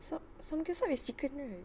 sam~ samgyeopsal is chicken right